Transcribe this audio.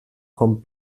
kommt